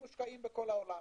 הם מושקעים בכל העולם,